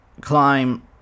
climb